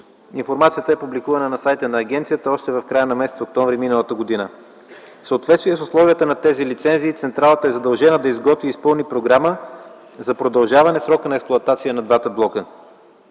Информацията е публикувана на сайта на агенцията още в края на м. октомври м.г. В съответствие с условията на тези лицензи, централата е задължена да изготви и изпълни програма за продължаване срока на експлоатация на двата блока.